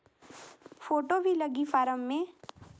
Photo भी लगी form मे?